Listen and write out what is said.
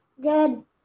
Good